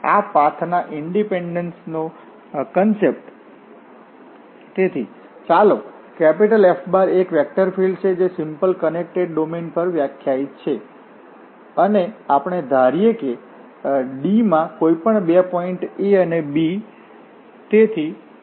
હવે આ પાથના ઈંડિપેંડ્ન્સ નો કોન્સેપ્ટ તેથી ચાલો F એક વેક્ટર ફિલ્ડ છે જે સિમ્પલ કનેકટેડ ડોમેન પર વ્યાખ્યાઇત છે અને આપણે ધારીએ કે D માં કોઈપણ બે પોઇન્ટ A અને B છે